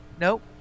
Nope